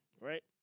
right